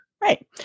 Right